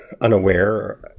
unaware